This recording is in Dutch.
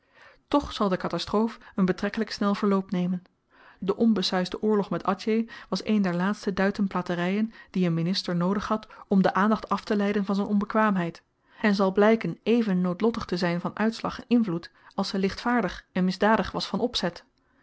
toch zal de katastroof een betrekkelyk snel verloop nemen de onbesuisde oorlog met atjeh was een der laatste duitenplateryen die n minister noodig had om de aandacht afteleiden van z'n onbekwaamheid en zal blyken even noodlottig te zyn van uitslag en invloed als ze lichtvaardig en misdadig was van opzet